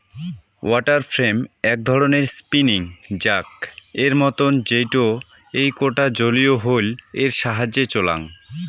water frame এক ধরণের spinning jack এর মতন যেইটো এইকটা জলীয় হুইল এর সাহায্যে চলাং